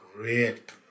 great